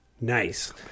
Nice